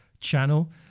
channel